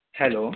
hello